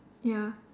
ya